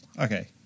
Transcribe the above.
Okay